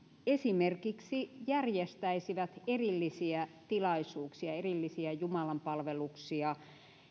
esimerkiksi järjestäisivät erillisiä tilaisuuksia erillisiä jumalanpalveluksia